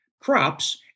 crops